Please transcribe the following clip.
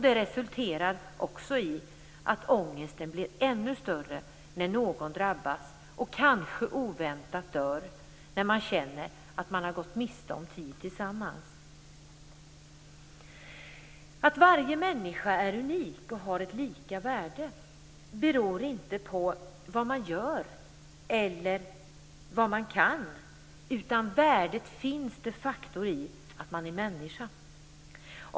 Det resulterar också i att ångesten blir ännu större när någon drabbas och kanske oväntat dör, när man känner att man har gått miste om tid tillsammans. Att varje människa är unik och har ett lika värde beror inte på vad man gör eller vad man kan, utan värdet finns de facto i att man är människa.